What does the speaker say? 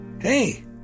Hey